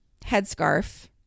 headscarf